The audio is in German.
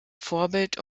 vorbild